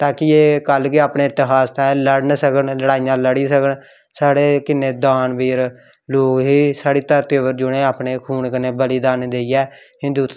ताकि एह् कल्ल गी अपने इतिहास ताईं लड़न सकन लड़ाइयां लड़ी सकन साढ़े किन्ने दानवीर लोग हे साढ़ी धरती उप्पर जि'नें अपने खून कन्नै बलिदान देइयै हिंदू